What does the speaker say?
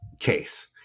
Case